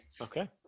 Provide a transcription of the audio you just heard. Okay